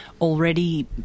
already